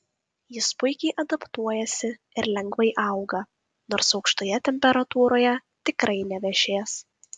jis puikiai adaptuojasi ir lengvai auga nors aukštoje temperatūroje tikrai nevešės